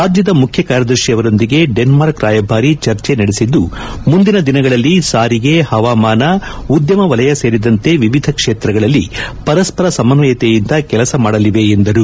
ರಾಜ್ಯದ ಮುಖ್ಯ ಕಾರ್ಯದರ್ಶಿ ಅವರೊಂದಿಗೆ ಡೆನ್ಮಾರ್ಕ್ ರಾಯಭಾರಿ ಚರ್ಚೆ ನಡೆಸಿದ್ದು ಮುಂದಿನ ದಿನಗಳಲ್ಲಿ ಸಾರಿಗೆ ಹವಾಮಾನ ಉದ್ಯಮ ವಲಯ ಸೇರಿದಂತೆ ವಿವಿಧ ಕ್ಷೇತ್ರಗಳಲ್ಲಿ ಪರಸ್ಪರ ಸಮನ್ವಯತೆಯಿಂದ ಕೆಲಸ ಮಾಡಲಿವೆ ಎಂದರು